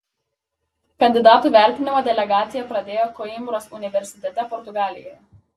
kandidatų vertinimą delegacija pradėjo koimbros universitete portugalijoje